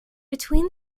between